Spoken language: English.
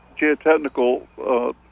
geotechnical